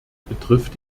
betrifft